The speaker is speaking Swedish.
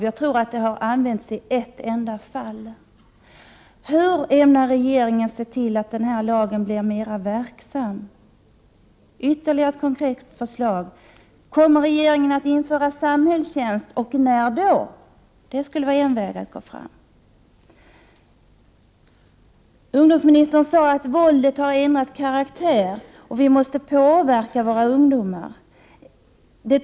Jag tror att den har tillämpats i ett enda fall. Hur ämnar regeringen se till att denna lag blir mer verksam? Kommer regeringen att införa samhällstjänst och när? Det skulle vara en Prot. 1988/89:46 väg att gå. 15 december 1988 Ungdomsministern sade att våldet ändrat karaktär och att vi måste ZI påverka våra ungdomar.